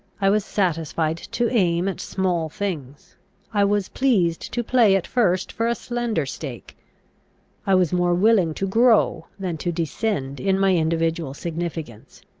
i was satisfied to aim at small things i was pleased to play at first for a slender stake i was more willing to grow than to descend in my individual significance.